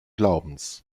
glaubens